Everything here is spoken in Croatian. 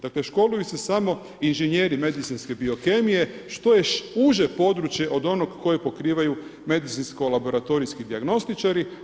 Dakle školuju se samo inženjeri medicinske biokemije što je uže područje od onog koje pokrivaju medicinsko laboratorijski dijagnostičari.